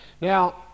Now